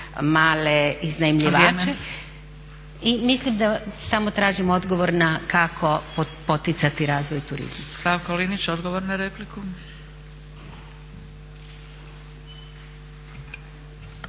Vrijeme./… I mislim, samo tražim odgovor kako poticati razvoj turizma?